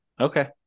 Okay